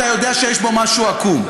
אתה יודע שיש בו משהו עקום.